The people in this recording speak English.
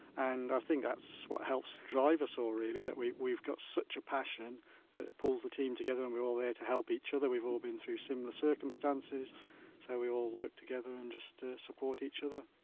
and i think that's what helps drive us all really that we've got such a passion that pulls the team together and we're all there to help each other, we've all been through similar circumstances so we all work together and just support each other.